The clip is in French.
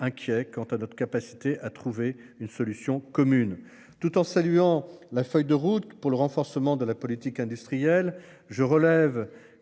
inquiets quant à notre capacité à trouver une solution commune. Tout en saluant la feuille de route pour le renforcement de la politique industrielle, je relève